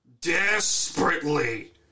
desperately